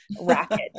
racket